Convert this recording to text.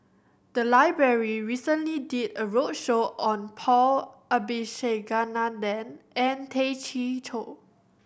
the library recently did a roadshow on Paul Abisheganaden and Tay Chee Toh